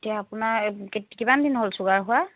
এতিয়া আপোনাৰ কে কিমান দিন হ'ল চুগাৰ হোৱা